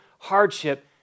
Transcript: hardship